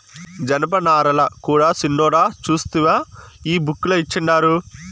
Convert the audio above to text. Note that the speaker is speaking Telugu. జనపనారల కూడా సిన్నోడా సూస్తివా ఈ బుక్ ల ఇచ్చిండారు